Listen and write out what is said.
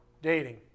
Dating